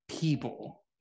people